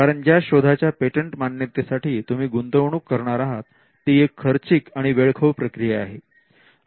कारण ज्या शोधाच्या पेटंट मान्यतेसाठी तुम्ही गुंतवणूक करणार आहात ती एक खर्चिक आणि वेळखाऊ प्रक्रिया आहे